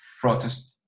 protest